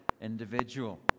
individual